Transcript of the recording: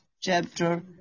chapter